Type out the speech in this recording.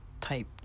type